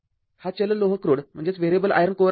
हा चल लोह क्रोड आहे